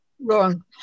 wrong